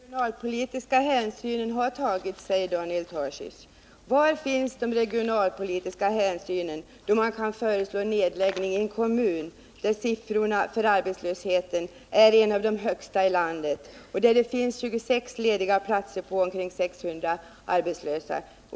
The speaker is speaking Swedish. Herr talman! Regionalpolitiska hänsyn har tagits, säger Daniel Tarschys. Var finns de regionalpolitiska hänsynen, när man kan föreslå nedläggning i en kommun där siffrorna för arbetslösheten är bland de högsta i landet och där det finns 26 lediga platser på omkring 600 arbetslösa?